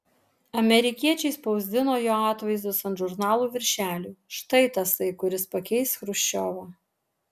amerikiečiai spausdino jo atvaizdus ant žurnalų viršelių štai tasai kuris pakeis chruščiovą